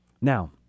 Now